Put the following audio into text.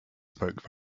spoke